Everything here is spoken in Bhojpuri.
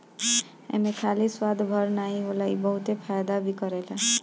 एमे खाली स्वाद भर नाइ होला इ बहुते फायदा भी करेला